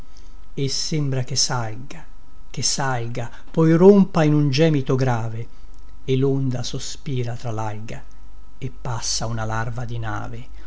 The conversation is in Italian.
e sembra che salga che salga poi rompa in un gemito grave e londa sospira tra lalga e passa una larva di nave